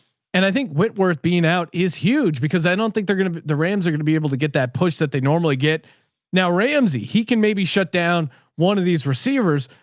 and i think whitworth being out is huge because i don't think they're going to be, the rams are going to be able to get that push that they normally get now ramsey. he can maybe shut down one of these receivers,